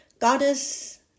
goddess